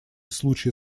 случаи